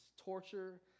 Torture